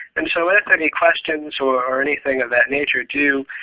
and so if any questions or anything of that nature do